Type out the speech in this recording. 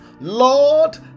Lord